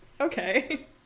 Okay